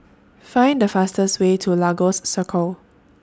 Find The fastest Way to Lagos Circle